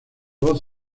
voz